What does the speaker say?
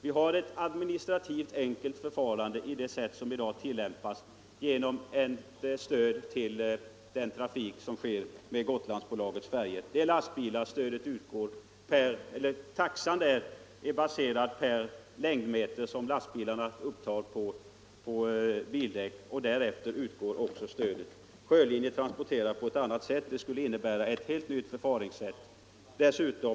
Vi har ett administrativt enkelt förfarande i dag genom stödet till den trafik som ombesörjs av Gotlandsbolagets färjor. Taxan är baserad på antalet längdmeter som lastbilarna upptar på bildäck, och stödet beräknas efter detta. AB Sjölinjer transporterar på ett annat sätt. Det skulle innebära för ett eventuellt transportstöds del ett helt nytt förfaringssätt.